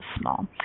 small